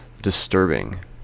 disturbing